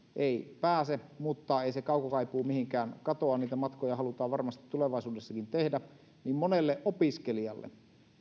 ei pääse mutta ei se kaukokaipuu mihinkään katoa niitä matkoja halutaan varmasti tulevaisuudessakin tehdä niin monelle opiskelijalle